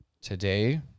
today